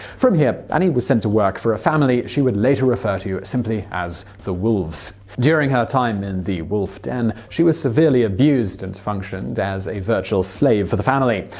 from here, annie was sent to work for a family she would later refer to simply as the wolves. during her time in the wolf-den, she was severely abused and functioned as a virtual slave for the family.